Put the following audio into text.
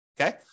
Okay